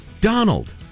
Donald